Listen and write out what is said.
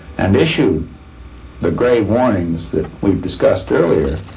and issued the grave warnings that we've discussed earlier,